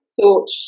thought